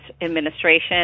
administration